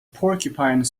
porcupine